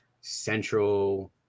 central